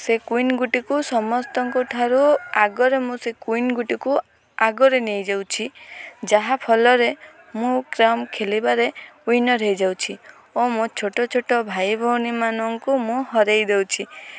ସେ କୁଇନ୍ ଗୋଟିକୁ ସମସ୍ତଙ୍କଠାରୁ ଆଗରେ ମୁଁ ସେ କୁଇନ୍ ଗୋଟିକୁ ଆଗରେ ନେଇଯାଉଛି ଯାହାଫଳରେ ମୁଁ କ୍ୟାରମ୍ ଖେଲିବାରେ ୱିନର୍ ହେଇଯାଉଛି ଓ ମୋ ଛୋଟ ଛୋଟ ଭାଇ ଭଉଣୀମାନଙ୍କୁ ମୁଁ ହରେଇ ଦେଉଛି